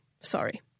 sorry